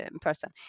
person